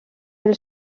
del